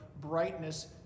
brightness